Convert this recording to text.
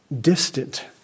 distant